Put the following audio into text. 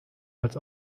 als